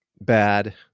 bad